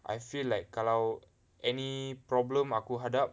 I feel like kalau any problem aku hadap